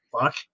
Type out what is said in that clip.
fuck